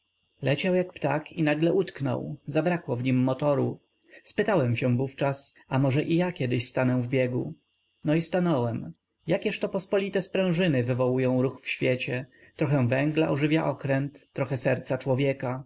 leciał jak ptak i nagle utknął zabrakło w nim motoru spytałem się wówczas a może i ja kiedyś stanę w biegu no i stanąłem jakieżto pospolite sprężyny wywołują ruch w świecie trochę węgla ożywia okręt trochę serca człowieka